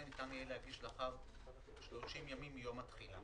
ניתן יהיה להגיש לאחר 30 ימים מיום התחילה."